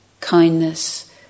Kindness